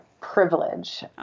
privilege